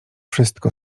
wszystko